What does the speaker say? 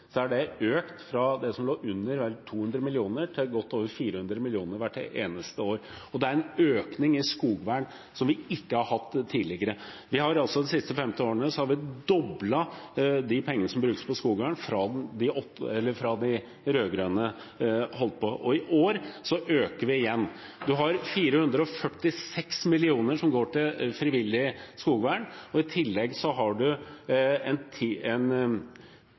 økt – fra under fra 200 mill. kr til godt over 400 mill. kr. Det er en økning i skogvern som vi ikke har hatt tidligere. Vi har de siste 15 årene doblet de midlene som brukes på skogvern, fra da de rød-grønne holdt på. I år øker vi igjen. Det er 446 mill. kr som går til frivillig skogvern, og i tillegg er det en